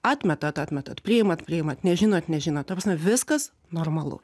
atmetat atmetat priimat priimat nežinot nežinot ta prasme viskas normalu